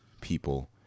people